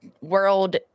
world